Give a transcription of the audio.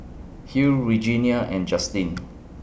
Hill Regenia and Justin